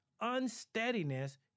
unsteadiness